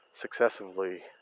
successively